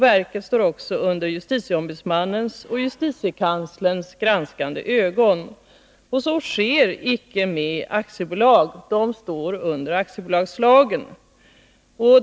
Verken står också under justitieombudsmannens och justitiekanslerns granskande ögon. Så är icke fallet när det gäller aktiebolag. Deras verksamhet regleras i aktiebolagslagen.